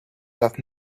that